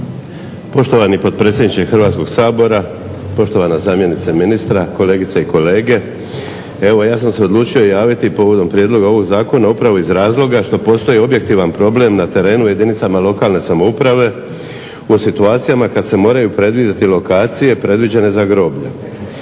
Poštovani potpredsjedniče Hrvatskog sabora, poštovana zamjenice ministra, kolegice i kolege. Evo ja sam se odlučio javiti povodom prijedloga ovog zakona upravo iz razloga što postoji objektivan problem na terenu u jedinicama lokalne samouprave u situacijama kad se moraju predvidjeti lokacije predviđene za groblja.